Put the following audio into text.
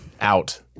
out